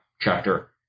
chapter